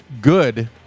good